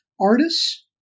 artists